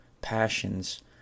passions